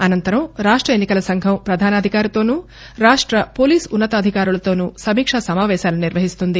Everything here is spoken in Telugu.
అనంతరం రాష్ట ఎన్నికల సంఘం ప్రధానాధికారితోనూ రాష్ట పోలీస్ ఉన్నతాధికారులతోనూ సమీక్షా సమావేశాలు నిర్వహిస్తుంది